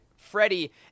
Freddie